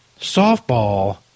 softball